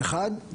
האחד,